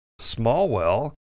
Smallwell